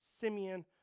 Simeon